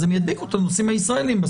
אז הם ידביקו את הנוסעים הישראלים.